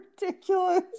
ridiculous